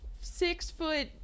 six-foot